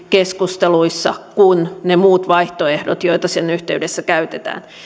keskusteluissa käytännöllisempi kuin ne muut vaihtoehdot joita sen yhteydessä käytetään